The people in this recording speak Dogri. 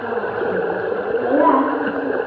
हां ठीक ऐ ठीक ऐ अजें ऐ न